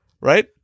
right